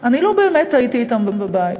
אני לא באמת הייתי אתם בבית.